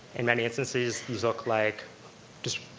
in many instances, these look like just